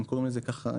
הם קוראים לזה כך,